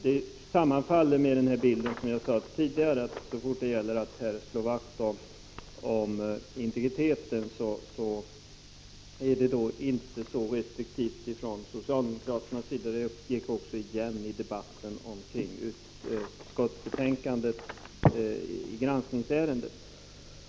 Det förtydligar bilden av att så fort det gäller att slå vakt om integriteten är socialdemokraterna inte längre så restriktiva. Det märktes också i debatten om utskottsbetänkandet i granskningsärendet.